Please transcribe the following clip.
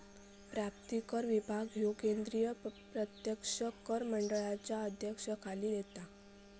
प्राप्तिकर विभाग ह्यो केंद्रीय प्रत्यक्ष कर मंडळाच्या अध्यक्षतेखाली येता